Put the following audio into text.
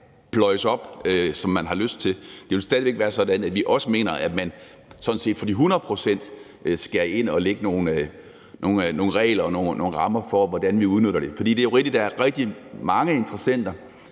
pløjes op, som man har lyst til. Det vil stadig væk være sådan, at vi også mener, at man sådan set for de 100 pct. skal ind og lægge nogle regler og nogle rammer for, hvordan vi udnytter det. For det er jo rigtigt, at der er rigtig mange interessenter.